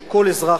של כל אזרח,